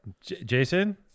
Jason